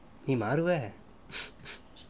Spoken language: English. நீ மாறுவே:nee maruvae